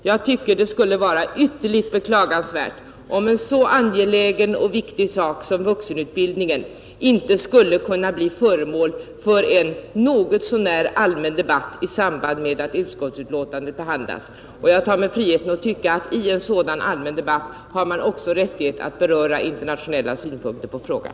Jag tycker att det skulle vara ytterligt beklagansvärt, om en så angelägen och viktig fråga som vuxenutbildningen inte skulle kunna bli föremål för en något så när allmän debatt i samband med att utskottsbetänkandet behandlas. Jag tar mig friheten att tycka att man i en sådan allmän debatt också har rättighet att beröra internationella synpunkter på frågan.